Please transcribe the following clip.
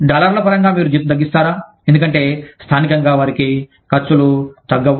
డాలర్ల పరంగా మీరు జీతం తగ్గిస్తారా ఎందుకంటే స్థానికంగా వారి ఖర్చులు తగ్గవు